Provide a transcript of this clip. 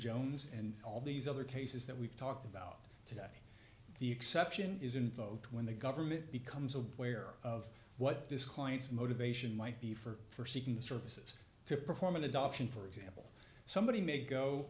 jones and all these other cases that we've talked about to the exception is invoked when the government becomes aware of what this client's motivation might be for seeking the services to perform an adoption for example somebody may go